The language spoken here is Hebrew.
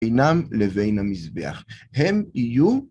אינם לבין המזבח, הם יהיו